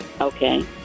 Okay